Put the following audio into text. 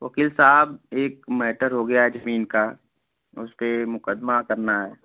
वकील साहब एक मैटर हो गया है जमीन का उस पर मुकदमा करना है